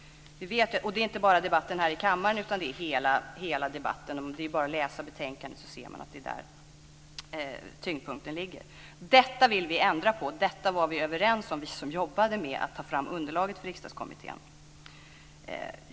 Detta gäller inte bara debatten i kammaren utan det gäller hela debatten. Det framgår av betänkandet att tyngdpunkten ligger där. Detta vill vi ändra på. Vi som jobbade med att ta fram underlaget för Riksdagskommittén var överens om detta.